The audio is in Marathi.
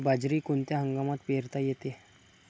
बाजरी कोणत्या हंगामात पेरता येते?